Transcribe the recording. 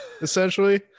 Essentially